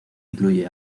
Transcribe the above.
incluye